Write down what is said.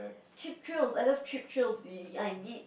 cheap thrills I love cheap thrills y~ I need